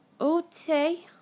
okay